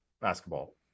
basketball